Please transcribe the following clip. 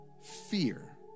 fear